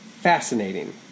fascinating